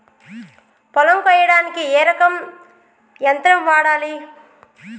పొలం కొయ్యడానికి ఏ రకం యంత్రం వాడాలి?